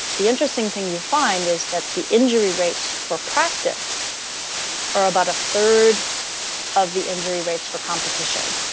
the interesting thing you find is that the injury rates for practice are about a third of the injury rates for competition.